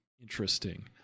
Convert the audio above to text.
Interesting